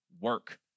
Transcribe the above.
work